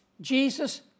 Jesus